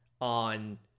on